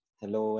hello